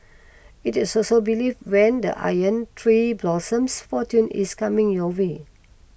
it is also believed when the Iron Tree blossoms fortune is coming your way